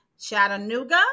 Chattanooga